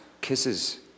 kisses